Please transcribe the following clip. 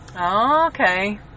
okay